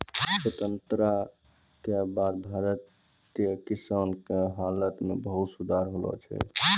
स्वतंत्रता के बाद भारतीय किसान के हालत मॅ बहुत सुधार होलो छै